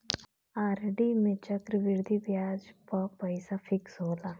RD में चक्रवृद्धि बियाज पअ पईसा फिक्स होला